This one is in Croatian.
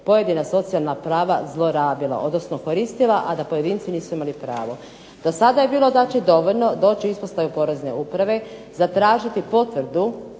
pojedina socijalna prava zlorabila, odnosno koristila, a da pojedinci nisu imali pravo. Dosada je bilo dakle dovoljno doći u ispostavu porezne uprave, zatražiti potvrdu